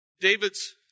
David's